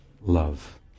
love